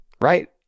right